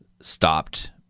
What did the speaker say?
stopped